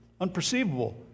Unperceivable